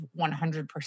100%